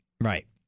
Right